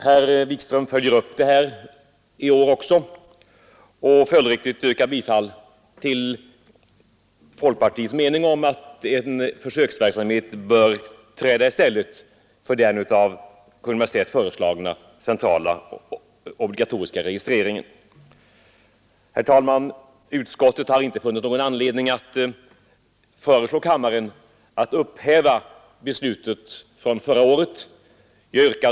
Herr Wikström följer i år upp den frågan och yrkar följdriktigt bifall till folkpartiets förslag om en försöksverksamhet i stället för den av Kungl. Maj:t föreslagna centrala obligatoriska registreringen. Herr talman! Utskottet har inte funnit anledning föreslå att beslutet från förra året skall upphävas.